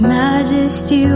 majesty